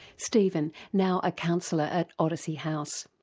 stephen, now a counsellor at odyssey house.